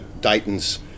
Dayton's